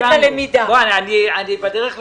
אני בדרך לסיום.